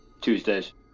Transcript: Tuesdays